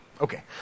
Okay